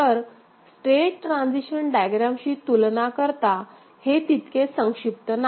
तर state transition डायग्रॅमशी तुलना करता हे तितके संक्षिप्त नाही